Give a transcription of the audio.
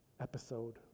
Episode